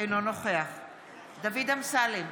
אינו נוכח דוד אמסלם,